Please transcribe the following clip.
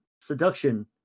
seduction